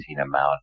amount